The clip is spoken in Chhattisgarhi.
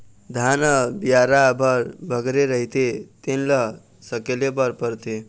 धान ह बियारा भर बगरे रहिथे तेन ल सकेले बर परथे